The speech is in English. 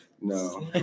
No